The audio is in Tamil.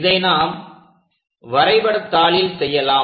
இதை நாம் வரைபடத்தாளில் செய்யலாம்